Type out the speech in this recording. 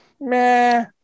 meh